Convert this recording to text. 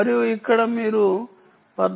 మరియు ఇక్కడ మీరు 14